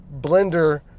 Blender